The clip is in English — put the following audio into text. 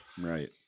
Right